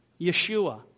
Yeshua